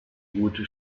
gute